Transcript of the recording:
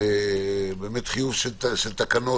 אנחנו רוצים להגיע עד כדי חיסול של תופעת הטלפונים.